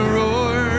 roar